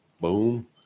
boom